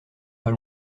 pas